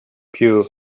più